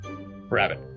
rabbit